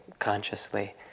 consciously